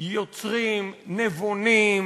יוצרים, נבונים,